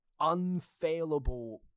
unfailable